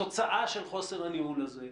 התוצאה של חוסר הניהול הזה,